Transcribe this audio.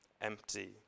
empty